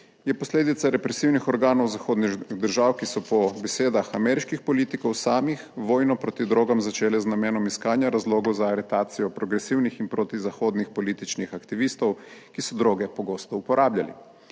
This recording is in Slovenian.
je posledica represivnih organov zahodnih držav, ki so po besedah ameriških politikov samih vojno proti drogam začele z namenom iskanja razlogov za aretacijo progresivnih in protizahodnih političnih aktivistov, ki so droge pogosto uporabljali,